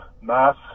mass